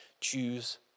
choose